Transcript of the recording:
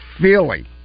feeling